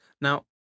Now